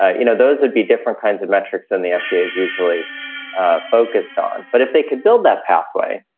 ah you know those would be different kinds of metrics. and the fda is usually focused on. but if they could build that pathway,